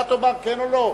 אתה תאמר כן או לא,